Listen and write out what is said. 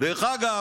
דרך אגב,